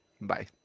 bye